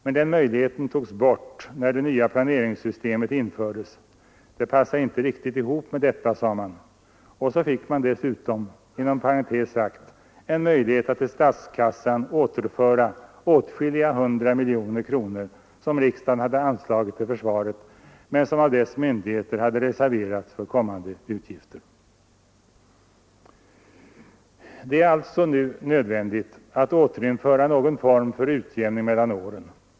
Men den möjligheten togs bort när det nya planeringssystemet infördes — den passade inte riktigt ihop med detta, sade man — och så fick man dessutom, inom parentes sagt, en möjlighet att till statskassan återföra åtskilliga hundra miljoner kronor som riksdagen hade anslagit till försvaret men som av dess myndigheter hade reserverats för kommande utgifter. Det är alltså nu nödvändigt att återinföra någon form för utjämning mellan åren.